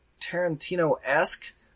Tarantino-esque